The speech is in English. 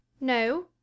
No